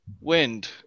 Wind